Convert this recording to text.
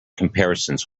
comparisons